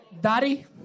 daddy